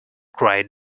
cried